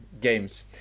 games